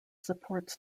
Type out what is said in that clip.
supports